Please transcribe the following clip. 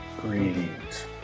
Greetings